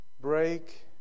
break